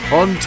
on